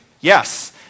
yes